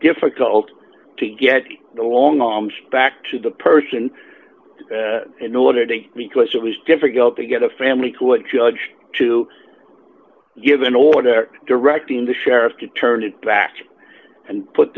difficult to get the long d arms back to the person in order to because it was difficult to get a family court judge to give an order directing the sheriff to turn it back and put